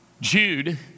Jude